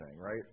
right